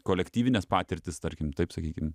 kolektyvinės patirtys tarkim taip sakykim